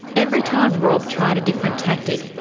every time rob tried a different tactic,